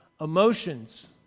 emotions